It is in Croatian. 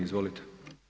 Izvolite.